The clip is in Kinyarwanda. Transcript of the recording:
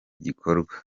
gikorwa